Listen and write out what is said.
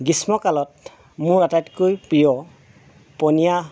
গ্ৰীষ্মকালত মোৰ আটাইতকৈ প্ৰিয় পনীয়া